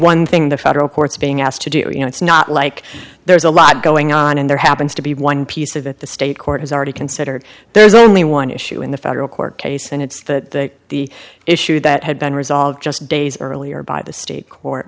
one thing the federal courts being asked to do you know it's not like there's a lot going on and there happens to be one piece of that the state court has already considered there's only one issue in the federal court case and it's that the issue that had been resolved just days earlier by the state